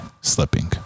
Slipping